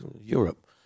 Europe